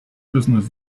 business